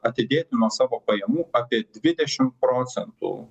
atidėti nuo savo pajamų apie dvidešimt procentų